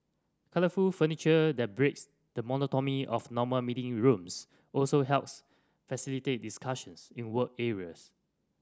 colourful furniture that breaks the monotony of normal meeting rooms also helps facilitate discussions in work areas